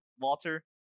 Walter